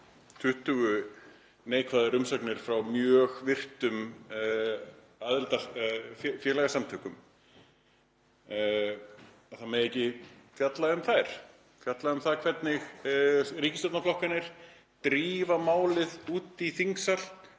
20 neikvæðar umsagnir frá mjög virtum félagasamtökum og að það megi ekki fjalla um þær, fjalla um það hvernig ríkisstjórnarflokkarnir drífa málið út í þingsal